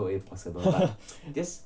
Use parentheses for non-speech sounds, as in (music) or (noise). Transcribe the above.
(laughs)